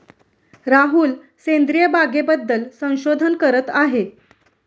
राहुल सेंद्रिय बागेबद्दल संशोधन करत आहे